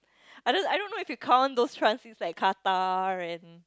I don't I don't know if you count those transits like Qatar and